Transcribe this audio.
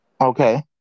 Okay